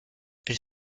elle